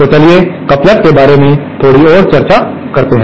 तो चलिए कपलर के बारे में थोड़ा और चर्चा करते हैं